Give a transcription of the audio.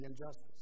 injustice